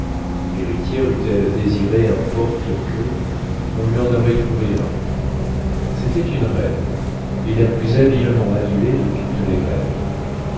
l'héritière eût-elle désiré un porte queue on lui en aurait trouvé un c'était une reine et la plus habilement adulée de toutes les reines